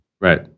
Right